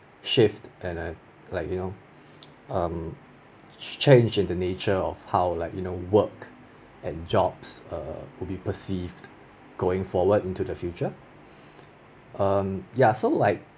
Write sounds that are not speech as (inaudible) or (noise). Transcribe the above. shift and then like you know um change in the nature of how like you know work and jobs err will be perceived going forward in the future (breath) um ya so like